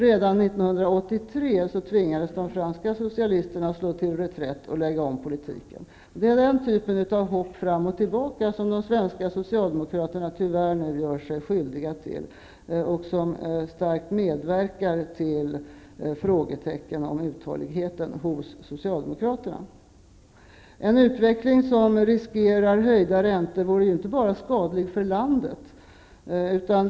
Redan 1983 tvingades de franska socialisterna att slå till reträtt och lägga om politiken. Det är den typen av hopp fram och tillbaka som de svenska socialdemokraterna nu tyvärr gör sig skyldiga till och som starkt medverkar till frågetecken om uthålligheten hos socialdemokraterna. En utveckling som riskerar höjda räntor vore inte bara skadlig för landet.